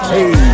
Hey